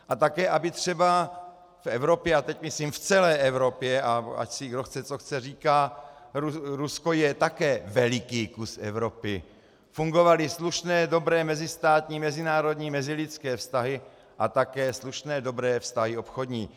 A také aby třeba v Evropě, a teď myslím v celé Evropě a ať si kdo chce co chce říká, Rusko je také veliký kus Evropy fungovaly slušné, dobré mezistátní, mezinárodní, mezilidské vztahy a také slušné dobré vztahy obchodní.